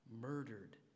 murdered